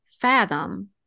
fathom